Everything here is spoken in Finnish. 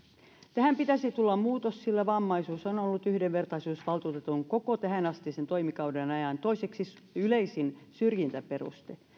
tähän pitäisi tulla muutos sillä vammaisuus on on ollut yhdenvertaisuusvaltuutetun koko tähänastisen toimikauden ajan toiseksi yleisin syrjintäperuste